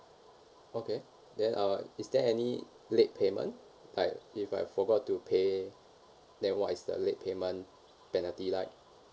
okay then uh is there any late payment like if I forgot to pay then what is the late payment penalty like